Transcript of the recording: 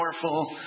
powerful